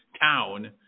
town